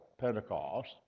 Pentecost